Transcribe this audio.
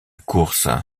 course